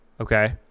Okay